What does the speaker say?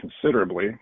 considerably